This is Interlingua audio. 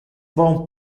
bon